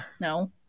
no